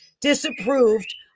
disapproved